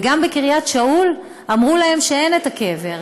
וגם בקריית שאול אמרו להם שאין קבר.